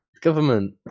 Government